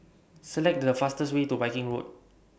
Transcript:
Select The fastest Way to Viking Road